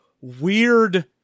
weird